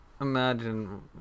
imagine